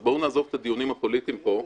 אז בואו נעזוב את הדיונים הפוליטיים פה,